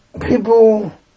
people